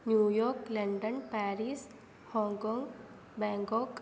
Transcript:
New York London Paris Hong Kong Bangkok